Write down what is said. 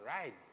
right